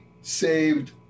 saved